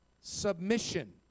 Submission